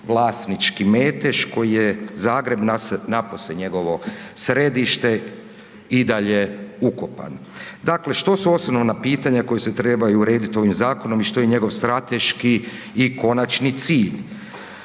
metež koji je Zagreb, napose njegovo središte, i dalje ukopan. Dakle, što su osnovna pitanja koja se trebaju urediti ovim zakonom i što je njegov strateški i konačni cilj?